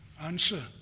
answer